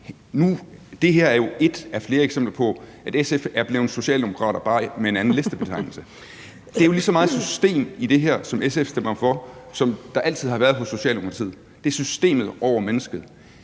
Det her er jo et af flere eksempler på, at SF er blevet socialdemokrater bare med en anden listebetegnelse. Der er jo lige så meget system i det her, som SF stemmer for, som der altid har været hos Socialdemokratiet; det er systemet over mennesket.